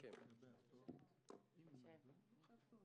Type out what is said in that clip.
שתתמקם רשות הדיבור